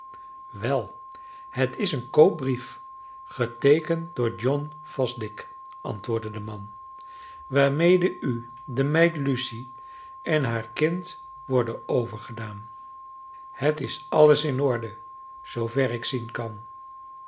wel het is een koopbrief geteekend door john fosdick antwoordde de man waarmede u de meid lucy en haar kind worden overgedaan het is alles in orde zoover ik zien kan